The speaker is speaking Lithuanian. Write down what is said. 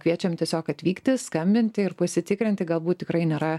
kviečiam tiesiog atvykti skambinti ir pasitikrinti galbūt tikrai nėra